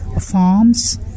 farms